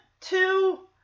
two